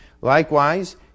Likewise